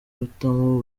guhitamo